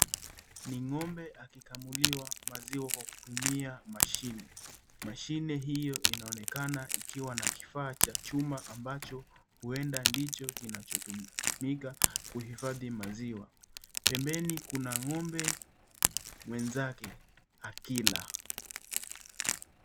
Ni ng'ombe akikamuliwa maziwa kwa kutumia mashine. Mashine hiyo inaonekana ikiwa na kifaa cha chuma ambacho huenda ndicho kinachotumika kuhifadhi maziwa. Pembeni kuna ng'ombe mwenzake akila.